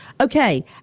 Okay